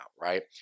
right